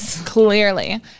Clearly